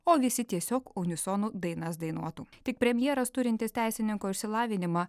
o visi tiesiog unisonu dainas dainuotų tik premjeras turintis teisininko išsilavinimą